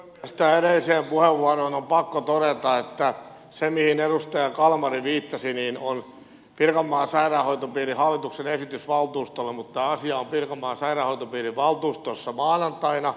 tähän edelliseen puheenvuoroon on pakko todeta että se mihin edustaja kalmari viittasi on pirkanmaan sairaanhoitopiirin hallituksen esitys valtuustolle mutta tämä asia on pirkanmaan sairaanhoitopiirin valtuustossa maanantaina